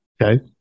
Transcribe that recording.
Okay